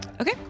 Okay